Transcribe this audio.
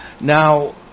Now